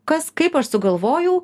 kas kaip aš sugalvojau